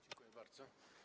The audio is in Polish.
Dziękuję bardzo.